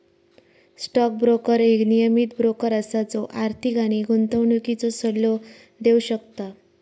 stock broker एक नियमीत broker असा जो आर्थिक आणि गुंतवणुकीचो सल्लो देव शकता